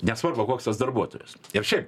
nesvarbu koks tas darbuotojas ir šiaip